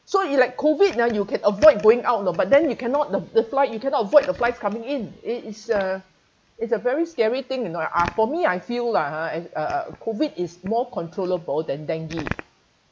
so it like COVID ah you can avoid going out lah but then you cannot the the flies you cannot avoid flies coming in it it's uh it's a very scary thing you know ah for me I feel lah ha uh uh COVID is more controllable than dengue